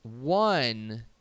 One